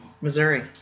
Missouri